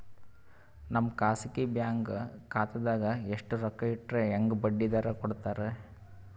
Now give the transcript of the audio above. ನಮ್ಮ ಖಾಸಗಿ ಬ್ಯಾಂಕ್ ಖಾತಾದಾಗ ಎಷ್ಟ ರೊಕ್ಕ ಇಟ್ಟರ ಹೆಂಗ ಬಡ್ಡಿ ದರ ಕೂಡತಾರಿ?